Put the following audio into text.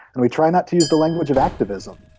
and we try not to use the language of activism,